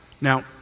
Now